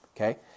okay